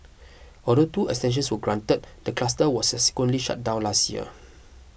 although two extensions were granted the cluster was subsequently shut down last year